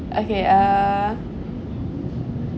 okay uh